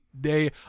day